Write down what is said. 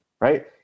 right